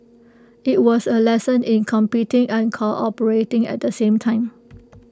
IT was A lesson in competing and cooperating at the same time